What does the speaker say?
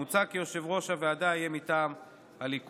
מוצע כי יושב-ראש הוועדה יהיה מטעם הליכוד.